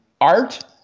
art